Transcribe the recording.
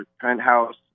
penthouse